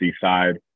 side